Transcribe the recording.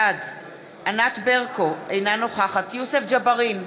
בעד ענת ברקו, אינה נוכחת יוסף ג'בארין,